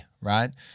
right